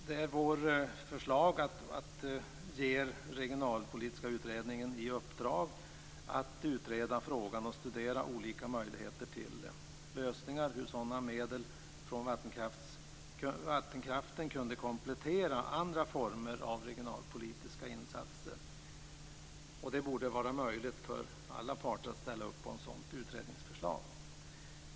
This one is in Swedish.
Det är vårt förslag att ge regionalpolitiska utredningen i uppdrag att utreda frågan och studera olika möjligheter till lösningar. T.ex. skulle medel från vattenkraften kunna komplettera andra former av regionalpolitiska insatser. Det borde vara möjligt för alla parter att ställa upp på ett sådant utredningsförslag.